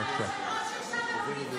היושב-ראש הרשה לנו להיכנס.